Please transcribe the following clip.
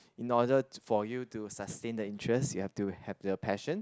in order for you to sustain the interest you have to have the passion